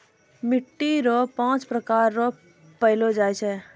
मिट्टी रो पाँच प्रकार रो पैलो जाय छै